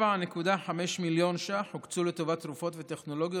97.5 מיליון ש"ח הוקצו לטובת תרופות וטכנולוגיות